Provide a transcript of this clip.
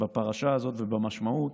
בפרשה הזאת ובמשמעות,